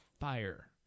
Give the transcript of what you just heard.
fire